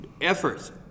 efforts